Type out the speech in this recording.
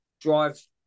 drive